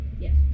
Yes